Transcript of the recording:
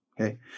okay